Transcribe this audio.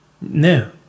no